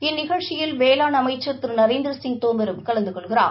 இந்நிகழ்ச்சியில் வேளாண் அமைச்சர் திரு நரேந்திரசிங் தோமரும் கலந்து கொள்கிறார்